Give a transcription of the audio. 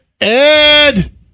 Ed